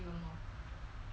ya lor